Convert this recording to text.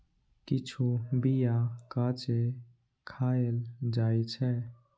किछु बीया कांचे खाएल जाइ छै